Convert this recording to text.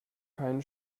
keinen